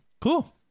Cool